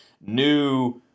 new